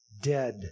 dead